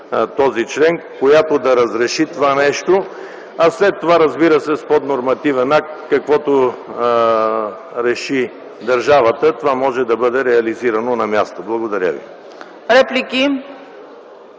този член, която да разреши това нещо, а след това с поднормативен акт, каквото реши държавата, това може да бъде реализирано на място. Благодаря.